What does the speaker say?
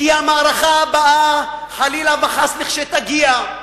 כי המערכה הבאה, חלילה וחס, לכשתגיע,